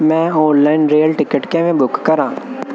ਮੈਂ online rail ticket ਕਿਵੇਂ book ਕਰਾਂ